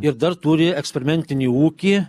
ir dar turi eksperimentinį ūkį